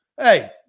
hey